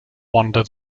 wander